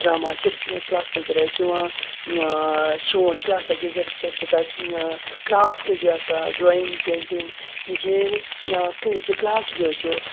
ड्रामाचे class चलतले किंवा शिवण क्लासाचे जर शक्यता क्राफ्ट जे आसा ड्रॉयिंग पेंटींग हिचेर क्लास घेवच्यो